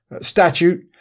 statute